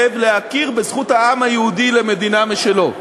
להכיר בזכות העם היהודי למדינה משלו.